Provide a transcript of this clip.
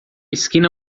esquina